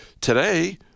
today